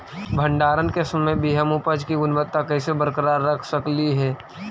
भंडारण के समय भी हम उपज की गुणवत्ता कैसे बरकरार रख सकली हे?